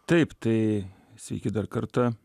taip tai sveiki dar kartą